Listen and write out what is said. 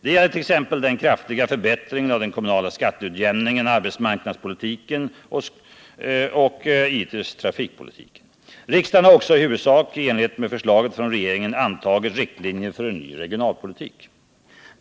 Det gäller t.ex. den kraftiga förbättringen av den kommunala skatteutjämningen, arbetsmarknadspolitiken och givetvis trafikpolitiken. Riksdagen har också, i huvudsak i enlighet med förslaget från regeringen, antagit riktlinjer för en ny regionalpolitik.